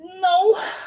no